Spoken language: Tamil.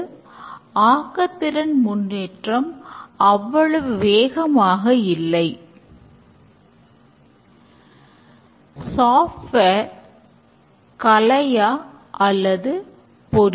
மொபைல் திட்டத்தில் புதிய ஆப்பரேடிங் சிஸ்டம் பழைய ஆப்பரேடிங் சிஸ்டத்தை மேம்படுத்துதல் 4G தொழில்நுட்பத்துடன் சிறப்பாக வேலை செய்தல் ஆகியவை அடங்கும்